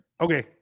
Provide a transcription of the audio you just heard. Okay